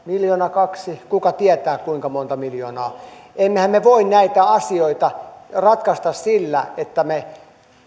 miljoona kaksi kuka tietää kuinka monta miljoonaa emmehän me voi näitä asioita ratkaista sillä että me